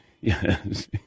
Yes